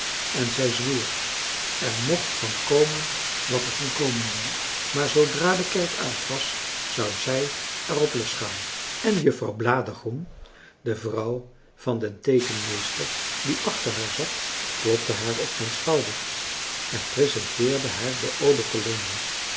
en zij zwoer er mocht van komen wat er van komen wou maar zoodra de kerk uit was zou zij er op losgaan en juffrouw bladergroen de vrouw van den teekenmeester die achter haar zat klopte haar op den schouder en presenteerde haar de